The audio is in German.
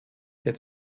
der